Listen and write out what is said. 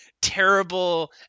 terrible